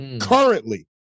currently